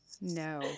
No